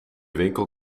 winkel